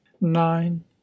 nine